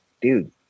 dude